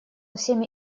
всеми